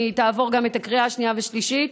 היא תעבור גם בקריאה השנייה והשלישית.